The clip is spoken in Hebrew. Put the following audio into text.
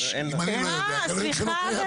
לימור סון הר מלך (עוצמה יהודית): סליחה,